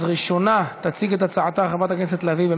ראשונה תציג את הצעתה חברת הכנסת לביא,